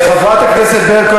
חברת הכנסת ברקו,